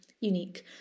unique